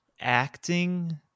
acting